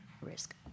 risk